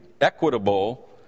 equitable